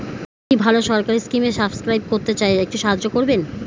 আমি একটি ভালো সরকারি স্কিমে সাব্সক্রাইব করতে চাই, একটু সাহায্য করবেন?